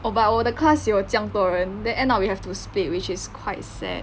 oh but 我的 class 有这样多人 then end up we have to split which is quite sad